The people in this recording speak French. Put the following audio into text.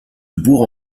bourg